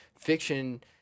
fiction